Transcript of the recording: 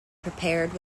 prepared